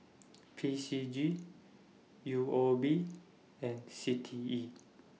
P C G U O B and C T E